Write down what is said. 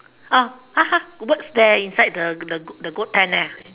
uh (uh huh) words there inside the the goat the goat pen there